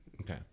Okay